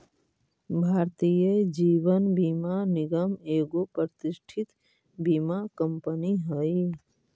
भारतीय जीवन बीमा निगम एगो प्रतिष्ठित बीमा कंपनी हई